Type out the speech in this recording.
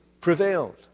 prevailed